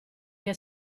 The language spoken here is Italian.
che